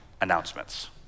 announcements